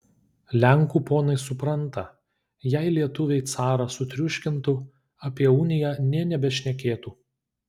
lenkų ponai supranta jei lietuviai carą sutriuškintų apie uniją nė nebešnekėtų